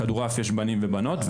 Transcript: כדורעף יש בנים ובנות.